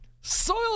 soil